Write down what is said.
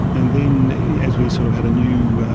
and then as we sort of had a new